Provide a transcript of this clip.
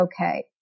okay